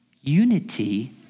Unity